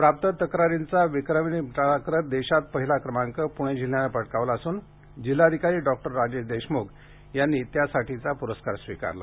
प्राप्त तक्रारींचा विक्रमी निपटारा करत देशात पहिला क्रमांक प्णे जिल्ह्यानं पटकावला असून जिल्हाधिकारी डॉक्टर राजेश देशम्ख यांनी त्यासाठीचा प्रस्कार स्वीकारला